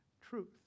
truth